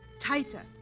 tighter